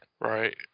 Right